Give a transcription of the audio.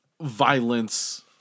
violence